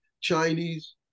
Chinese